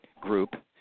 group